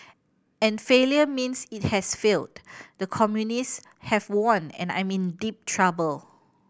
and failure means it has failed the communist have won and I'm in deep trouble